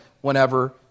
whenever